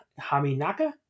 Haminaka